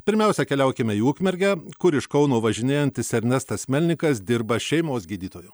pirmiausia keliaukime į ukmergę kur iš kauno važinėjantis ernestas melnikas dirba šeimos gydytoju